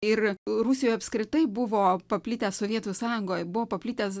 ir rusijoj apskritai buvo paplitęs sovietų sąjungoj buvo paplitęs